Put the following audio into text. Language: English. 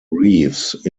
reeves